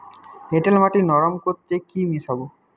এঁটেল মাটি নরম করতে কি মিশাব?